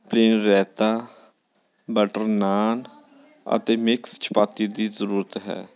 plain raita butter naan ਅਤੇ mix chapati ਦੀ ਜ਼ਰੂਰਤ ਹੈ